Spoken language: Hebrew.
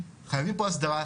חייבים פה הסדרה,